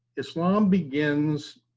islam begins